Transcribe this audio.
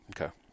Okay